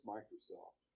Microsoft